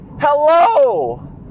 Hello